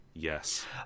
Yes